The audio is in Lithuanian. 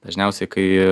dažniausiai kai